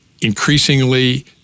increasingly